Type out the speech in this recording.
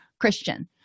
Christian